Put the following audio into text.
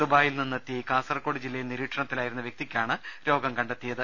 ദുബായിൽ നിന്നെത്തി കാസർകോട് ജില്ലയിൽ നിരീക്ഷണത്തിലായിരുന്ന വ്യക്തിക്കാണ് രോഗം കണ്ടെത്തിയത്